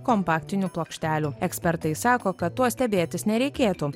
kompaktinių plokštelių ekspertai sako kad tuo stebėtis nereikėtų